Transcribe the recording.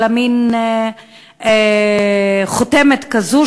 אלא מין חותמת כזאת,